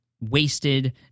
wasted